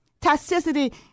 toxicity